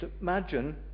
Imagine